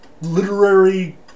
literary